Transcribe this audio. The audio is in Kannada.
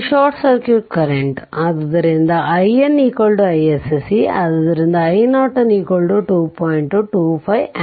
ಏಕೆಂದರೆ ಇದು short circuit current i n isc ಅದು i Norton current 2